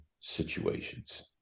situations